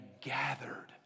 gathered